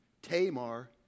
Tamar